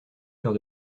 faire